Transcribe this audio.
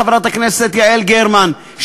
חברת הכנסת יעל גרמן,